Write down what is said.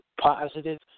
positive